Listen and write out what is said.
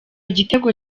gitero